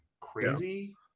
crazy